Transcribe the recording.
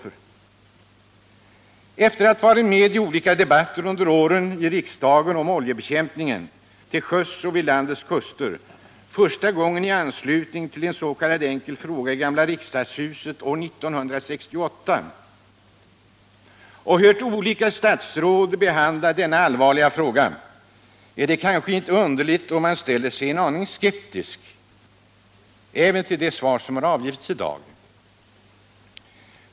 Efter att under åren ha varit med vid olika debatter i riksdagen om oljebekämpningen till sjöss och vid landets kuster — första gången var i anslutning till en enkel fråga i gamla riksdagshuset 1968 — och hört olika statsråd behandla denna allvarliga fråga, är det kanske inte underligt om man ställer sig en aning skeptisk, även till det svar som har avgetts i dag.